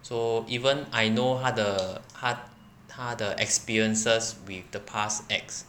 so even I know 他的他他的 experiences with the past ex